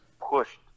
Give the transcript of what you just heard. pushed